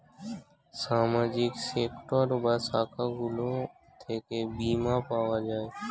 সামাজিক সেক্টর বা শাখাগুলো থেকে বীমা পাওয়া যায়